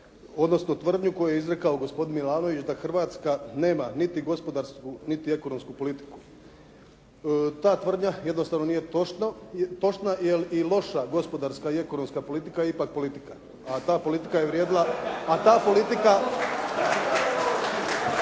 odnosno tvrdnju koju je izrekao gospodin Milanović da Hrvatska nema niti gospodarsku niti ekonomsku politiku. Ta tvrdnja jednostavno nije točna, jer i loša gospodarska i ekonomska politika je ipak politika, a ta politika … Samo dozvolite